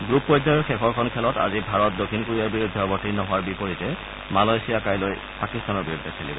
group পৰ্যায়ৰ শেষৰখন খেলত আজি ভাৰত দক্ষিণ কোৰিয়াৰ বিৰুদ্ধে অৱতীৰ্ণ হোৱাৰ বিপৰীতে মালয়েছিয়াই কাইলৈ পাকিস্তানৰ বিৰুদ্ধে খেলিব